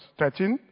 13